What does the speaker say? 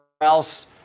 else